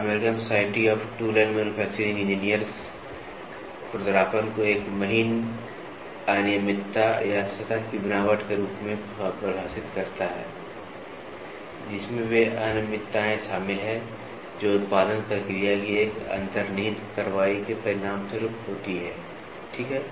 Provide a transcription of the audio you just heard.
American Society of Tool and Manufacturing Engineers खुरदरापन को एक महीन अनियमितता या सतह की बनावट के रूप में परिभाषित करता है जिसमें वे अनियमितताएं शामिल हैं जो उत्पादन प्रक्रिया की एक अंतर्निहित कार्रवाई के परिणामस्वरूप होती हैं ठीक है